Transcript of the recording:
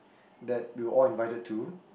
that we were all invited to